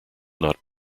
not